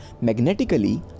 magnetically